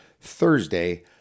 Thursday